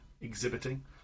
exhibiting